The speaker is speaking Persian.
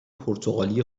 پرتغالی